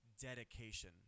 dedication